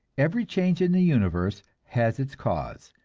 every change in the universe has its cause,